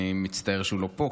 אני מצטער שהוא לא פה,